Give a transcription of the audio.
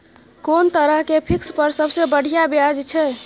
कोन तरह के फिक्स पर सबसे बढ़िया ब्याज छै?